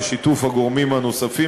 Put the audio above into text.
בשיתוף הגורמים הנוספים,